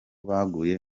baguye